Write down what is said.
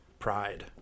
pride